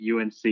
UNC